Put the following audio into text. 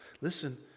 Listen